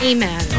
Amen